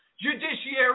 judiciary